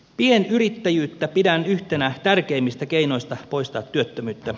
pienyrittäjyyttä pidän yhtenä tärkeimmistä keinoista poistaa työttömyyttä